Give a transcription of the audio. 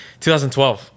2012